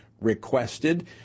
requested